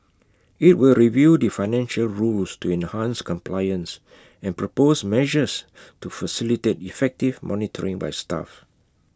IT will review the financial rules to enhance compliance and propose measures to facilitate effective monitoring by staff